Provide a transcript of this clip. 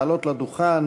לעלות לדוכן